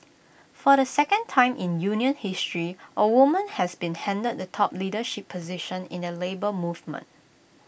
for the second time in union history A woman has been handed the top leadership position in the Labour Movement